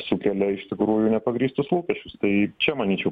sukelia iš tikrųjų nepagrįstus lūkesčius tai čia manyčiau